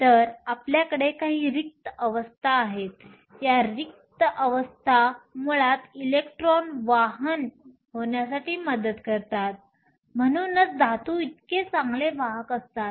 तर आपल्याकडे काही रिक्त अवस्था आहेत या रिकाम्या अवस्था मुळात इलेक्ट्रॉन वाहन होण्यासाठी मदत करतात म्हणूनच धातू इतके चांगले वाहक असतात